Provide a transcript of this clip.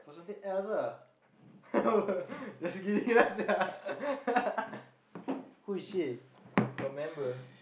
for something else ah just sia who is she your member